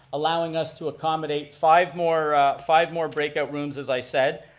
allowing us to accommodate five more five more break out rooms, as i said,